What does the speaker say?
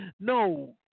No